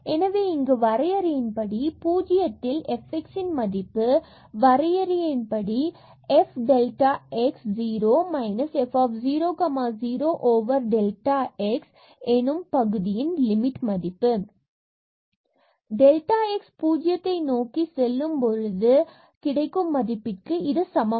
எனவே இங்கு வரையறையின் படி பூஜ்ஜியத்தில் fxன் மதிப்பு வரையறையின் படி f delta x 0 minus f 0 0 delta x எனும் பகுதியின் லிமிட் மதிப்பு delta x 0 நோக்கிச் செல்லும் பொழுது கிடைக்கும் மதிப்பிற்கு சமம்